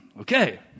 okay